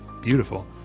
beautiful